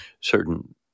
certain